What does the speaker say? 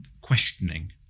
questioning